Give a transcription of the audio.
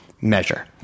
measure